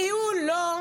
ניהול, לא,